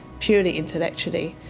purely, intellectually.